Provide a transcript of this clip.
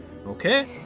Okay